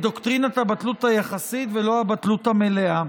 דוקטרינת הבטלות היחסית ולא הבטלות המלאה.